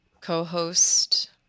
co-host